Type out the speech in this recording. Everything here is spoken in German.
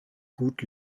gut